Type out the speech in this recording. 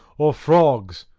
or frogs,